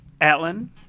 Atlin